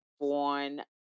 born